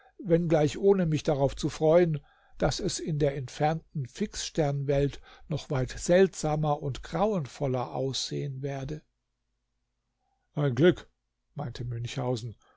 wenngleich ohne mich darauf zu freuen daß es in der entfernten fixsternwelt noch weit seltsamer und grauenvoller aussehen werde ein glück meinte münchhausen